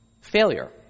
failure